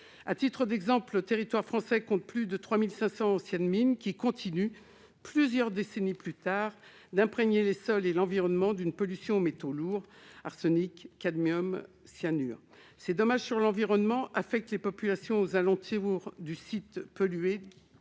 Ainsi, le territoire français compte plus de 3 500 anciennes mines, qui continuent, plusieurs décennies après l'arrêt de leur exploitation, d'imprégner les sols et l'environnement d'une pollution aux métaux lourds- arsenic, cadmium, cyanure. Ces dommages sur l'environnement affectent également les populations aux alentours du site pollué